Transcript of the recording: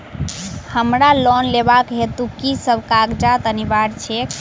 हमरा लोन लेबाक हेतु की सब कागजात अनिवार्य छैक?